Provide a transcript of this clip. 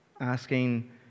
asking